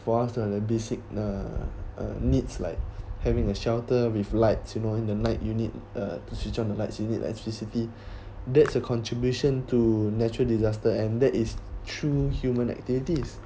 for us the basic uh needs like having a shelter with lights you know in the night you need uh to switch on the lights you need electricity that's a contribution to natural disaster and that is true human activities